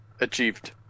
achieved